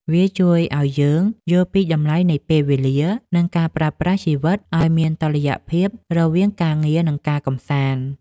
វាជួយឱ្យយើងយល់ពីតម្លៃនៃពេលវេលា និងការប្រើប្រាស់ជីវិតឱ្យមានតុល្យភាពរវាងការងារ និងការកម្សាន្ត។